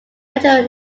material